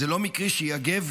זה לא מקרי שיגב